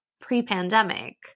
pre-pandemic